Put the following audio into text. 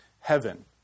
heaven